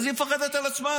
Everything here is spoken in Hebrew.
אז היא מפחדת על עצמה,